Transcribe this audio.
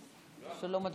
סגלוביץ', בבקשה.